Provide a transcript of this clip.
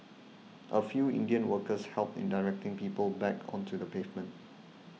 a few Indian workers helped in directing people back onto the pavement